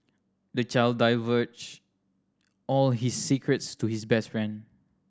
the child divulged all his secrets to his best friend